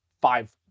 five